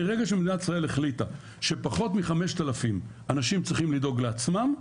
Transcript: מרגע שמדינת ישראל החליטה שפחות מ-5,000 אנשים צריכים לדאוג לעצמם,